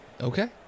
Okay